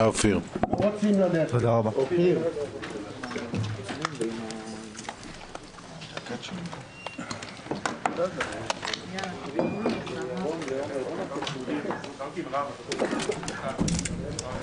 הישיבה ננעלה בשעה 13:10.